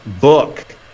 book